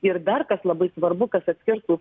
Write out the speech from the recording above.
ir dar kas labai svarbu kas atkirstų